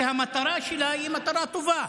שהמטרה שלה היא מטרה טובה.